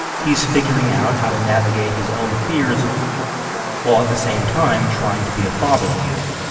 he's figuring out how to navigate his own fears while at the same time trying to be a father again